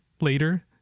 later